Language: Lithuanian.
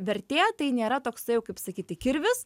vertė tai nėra toksai jau kaip sakyti kirvis